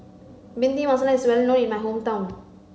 Bhindi Masala is well known in my hometown